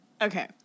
Okay